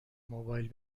موبایل